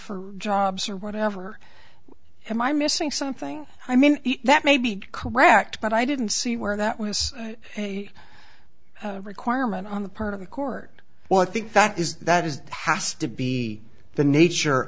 for jobs or whatever am i missing something i mean that may be correct but i didn't see where that was a requirement on the part of the court well i think that is that is passed to be the nature